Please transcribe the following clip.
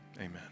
Amen